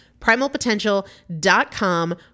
Primalpotential.com